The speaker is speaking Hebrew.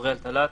אורי אלטלט,